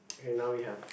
okay now we have